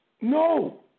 No